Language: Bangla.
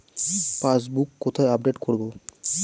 পাসবুক কোথায় আপডেট করব?